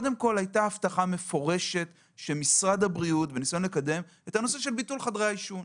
הייתה הבטחה מפורשת של משרד הבריאות לניסיון לקדם את ביטול חדרי העישון.